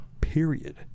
Period